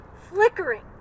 flickering